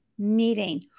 Meeting